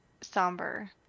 somber